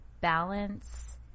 balance